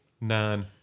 Nine